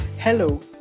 Hello